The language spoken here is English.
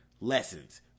Lessons